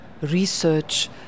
research